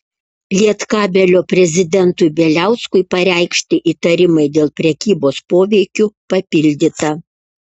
lietkabelio prezidentui bieliauskui pareikšti įtarimai dėl prekybos poveikiu papildyta